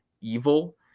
evil